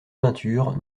peintures